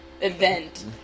event